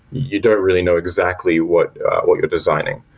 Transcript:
you don't really know exactly what what you're designing.